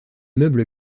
meubles